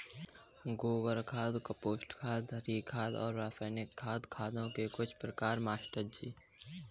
गोबर खाद कंपोस्ट खाद हरी खाद और रासायनिक खाद खाद के कुछ प्रकार है मास्टर जी